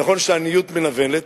ונכון שהעניות מנוולת,